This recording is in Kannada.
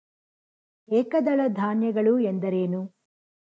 ಏಕದಳ ಧಾನ್ಯಗಳು ಎಂದರೇನು?